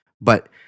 But-